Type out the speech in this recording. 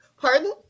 pardon